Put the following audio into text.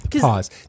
pause